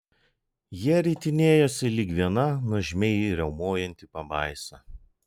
jie ritinėjosi lyg viena nuožmiai riaumojanti pabaisa